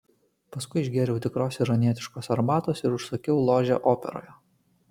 paskui išgėriau tikros iranietiškos arbatos ir užsakiau ložę operoje